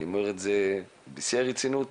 אני אומר את זה בשיא הרצינות,